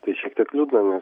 tai šiek tiek liūdna nes